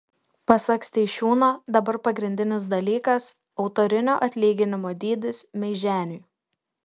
pasak steišiūno dabar pagrindinis dalykas autorinio atlyginimo dydis meiženiui